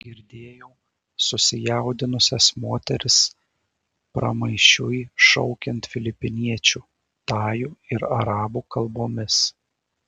girdėjau susijaudinusias moteris pramaišiui šaukiant filipiniečių tajų ir arabų kalbomis